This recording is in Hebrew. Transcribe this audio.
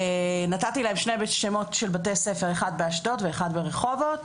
נתתי להם שני בתי ספר, אחד באשדוד ואחד ברחובות,